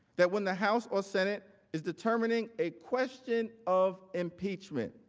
that when the house or senate is determining a question of impeachment,